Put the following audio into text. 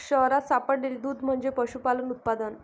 शहरात सापडलेले दूध म्हणजे पशुपालन उत्पादन